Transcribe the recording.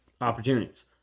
opportunities